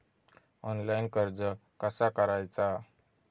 Online कर्ज कसा करायचा?